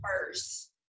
first